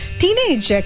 teenage